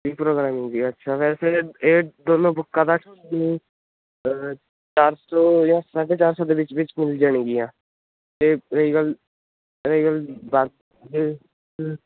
ਜੀ ਪ੍ਰਧਾਨ ਜੀ ਅੱਛਾ ਵੈਸੇ ਇਹ ਦੋਨਾਂ ਬੁੱਕਾਂ ਦਾ ਤੁਹਾਨੂੰ ਚਾਰ ਸੌ ਜਾਂ ਸਾਢੇ ਚਾਰ ਸੌ ਦੇ ਵਿੱਚ ਮਿਲ ਜਾਣਗੀਆਂ ਅਤੇ ਰਹੀ ਗੱਲ ਰਹੀ ਗੱਲ